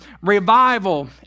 Revival